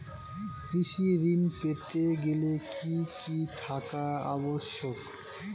কৃষি ঋণ পেতে গেলে কি কি থাকা আবশ্যক?